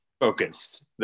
focused